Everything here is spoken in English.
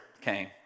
came